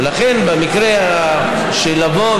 ולכן לבוא מראש,